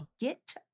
get